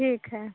ठीक है